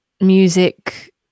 music